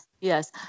yes